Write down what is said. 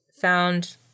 found